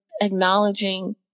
acknowledging